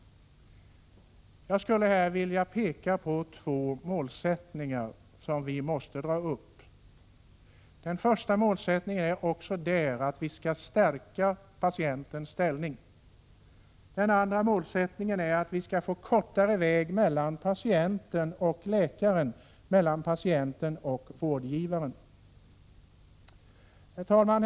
Jag skulle här vilja peka på två målsättningar som vi måste dra upp. Den första är också där att stärka patientens ställning. Den andra är att vi skall få kortare väg mellan patienten och läkaren, mellan patienten och vårdgivaren. Herr talman!